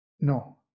no